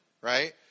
right